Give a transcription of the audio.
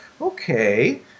okay